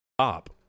stop